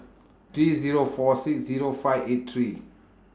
three Zero four six Zero five eight three